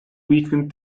weakened